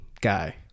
guy